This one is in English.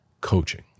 coaching